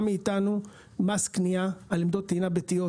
מאתנו מס קנייה על עמדות טעינה ביתיות,